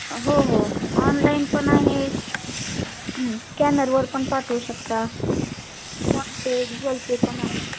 हो हो ऑनलाईन पण आहे स्कॅनरवर पण पाठवू शकता फोनपे गुगल पे पण आहे